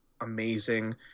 amazing